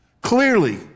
clearly